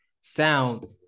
sound